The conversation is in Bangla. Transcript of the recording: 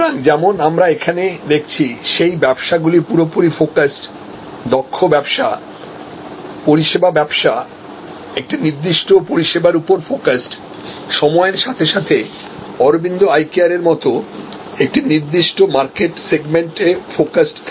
সুতরাং যেমন আমরা এখানে দেখছি সেই ব্যবসাগুলি পুরোপুরি ফোকাসড দক্ষ ব্যবসা পরিষেবা ব্যবসা একটি নির্দিষ্ট পরিষেবার উপর ফোকাসড সময়ের সাথে সাথে অরবিন্দ আই কেয়ার এর মতো একটি নির্দিষ্ট মার্কেট সেগমেন্ট ফোকাসড থাকছে